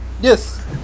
yes